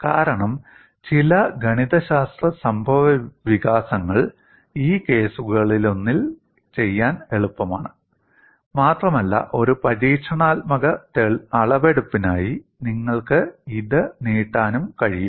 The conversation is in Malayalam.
കാരണം ചില ഗണിതശാസ്ത്ര സംഭവവികാസങ്ങൾ ഈ കേസുകളിലൊന്നിൽ ചെയ്യാൻ എളുപ്പമാണ് മാത്രമല്ല ഒരു പരീക്ഷണാത്മക അളവെടുപ്പിനായി നിങ്ങൾക്ക് ഇത് നീട്ടാനും കഴിയും